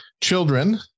Children